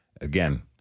again